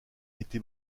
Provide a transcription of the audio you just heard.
été